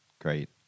great